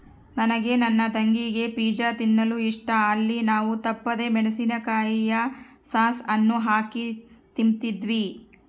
ನನಗೆ ನನ್ನ ತಂಗಿಗೆ ಪಿಜ್ಜಾ ತಿನ್ನಲು ಇಷ್ಟ, ಅಲ್ಲಿ ನಾವು ತಪ್ಪದೆ ಮೆಣಿಸಿನಕಾಯಿಯ ಸಾಸ್ ಅನ್ನು ಹಾಕಿ ತಿಂಬ್ತೀವಿ